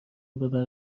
ببرم